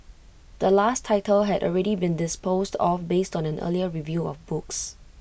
the last title had already been disposed off based on an earlier review of books